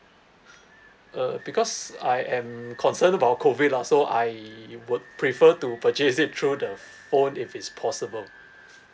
uh because I am concerned about COVID lah so I would prefer to purchase it through the phone if it's possible